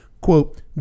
quote